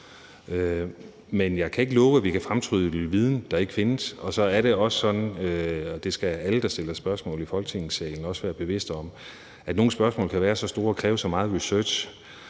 men jeg kan ikke love, at vi kan fremtrylle viden, der ikke findes. Og så er det også sådan – og det skal alle, der stiller spørgsmål i Folketingssalen også være bevidste om – at nogle spørgsmål kan være så store og kræve så meget research,